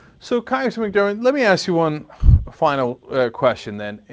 so congressman mcdermott, let me ask you one final question, then.